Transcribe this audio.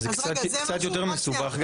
זה קצת יותר מסובך,